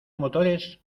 motores